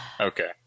Okay